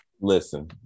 Listen